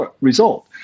result